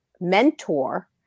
mentor